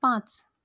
पांच